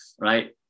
right